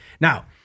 Now